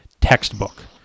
Textbook